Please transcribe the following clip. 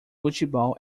futebol